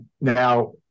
now